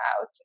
out